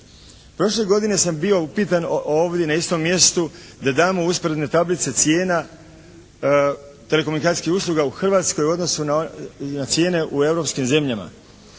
Prošle godine sam bio upitan ovdje na isto mjestu da damo usporedne tablice cijena telekomunikacijskih usluga u Hrvatskoj u odnosu na cijene u europskim zemljama,